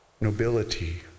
nobility